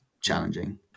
challenging